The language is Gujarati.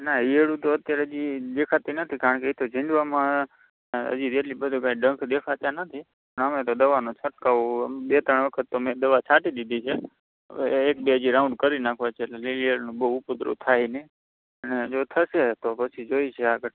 ના ઈયળો તો અત્યારે હજી દેખાતી નથી કારણ કે એ તો જીંડવામાં હજુ એટલી બધો કંઈ ડંખ દેખાતાં નથી અમે તો દવાનો છંટકાવ બે ત્રણ વખત તો મેં દવા છાંટી દીધી છે હવે એક બે હજી રાઉન્ડ કરી નાખવા છે એટલે લીલી ઇયળનો બહુ ઉપદ્રવ થાય નહીં અને જો થશે તો પછી જોઇએ છે આગળ